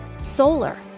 Solar